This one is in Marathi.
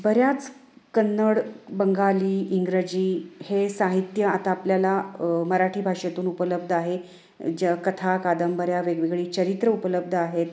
बऱ्याच कन्नड बंगाली इंग्रजी हे साहित्य आता आपल्याला मराठी भाषेतून उपलब्ध आहे ज्या कथा कादंबऱ्या वेगवेगळी चरित्र उपलब्ध आहेत